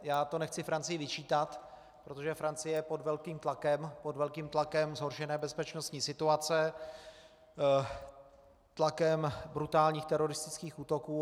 Já to nechci Francii vyčítat, protože Francie je pod velkým tlakem pod velkým tlakem zhoršené bezpečnostní situace, tlakem brutálních teroristických útoků.